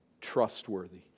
trustworthy